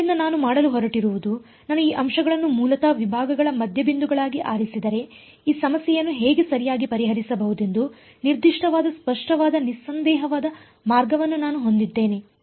ಆದ್ದರಿಂದ ನಾನು ಮಾಡಲು ಹೊರಟಿರುವುದು ನಾನು ಈ ಅಂಶಗಳನ್ನು ಮೂಲತಃ ವಿಭಾಗಗಳ ಮಧ್ಯಬಿಂದುಗಳಾಗಿ ಆರಿಸಿದರೆ ಈ ಸಮಸ್ಯೆಯನ್ನು ಹೇಗೆ ಸರಿಯಾಗಿ ಪರಿಹರಿಸಬೇಕೆಂದು ನಿರ್ದಿಷ್ಟಪಡಿಸುವ ಸ್ಪಷ್ಟವಾದ ನಿಸ್ಸಂದೇಹವಾದ ಮಾರ್ಗವನ್ನು ನಾನು ಹೊಂದಿದ್ದೇನೆ